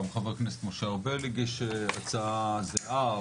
גם חבר הכנסת משה ארבל הגיש הצעה זהה.